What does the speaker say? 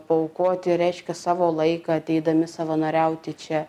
paaukoti reiškia savo laiką ateidami savanoriauti čia